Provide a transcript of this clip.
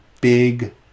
big